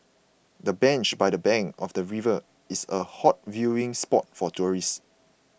the bench by the bank of the river is a hot viewing spot for tourists